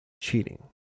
cheating